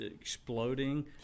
exploding